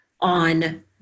on